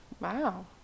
Wow